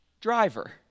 driver